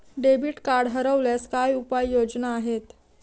Debit card हरवल्यास काय उपाय योजना आहेत?